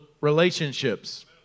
relationships